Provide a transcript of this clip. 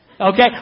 Okay